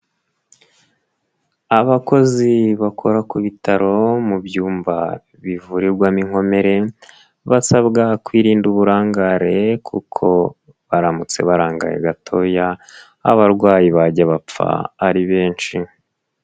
Abakozi bakora ku bitaro mu byumba bivurirwamo inkomere, basabwa kwirinda uburangare kuko baramutse barangaye gatoya, abarwayi bajya bapfa ari benshi.